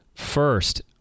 first